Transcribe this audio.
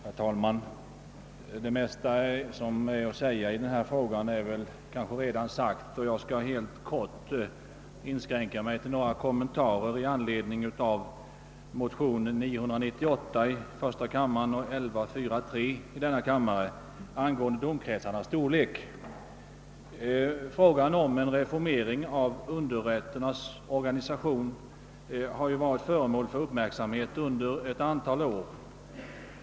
Herr talman! Det mesta som kan sägas i denna fråga är kanske redan sagt, och jag skall därför inskränka mig till några korta kommentarer i anledning av motionerna I: 998 och II: 1143 som gäller domkretsarnas storlek. rätternas organisation har ju varit föremål för uppmärksamhet under ett antal år.